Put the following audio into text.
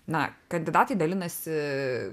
na kandidatai dalinasi